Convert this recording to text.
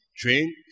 Train